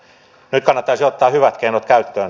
nyt kannattaisi ottaa hyvät keinot käyttöön